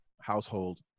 household